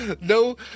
no